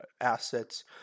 assets